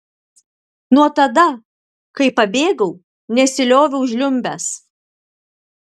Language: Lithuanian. nuo tada kai pabėgau nesilioviau žliumbęs